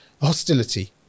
hostility